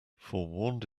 forewarned